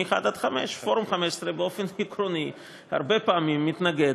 מ-1 עד 5. פורום ה-15 הרבה פעמים מתנגד